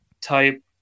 type